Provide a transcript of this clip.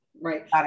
Right